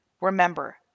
Remember